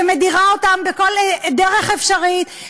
שמדירה אותם בכל דרך אפשרית,